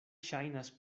ŝajnas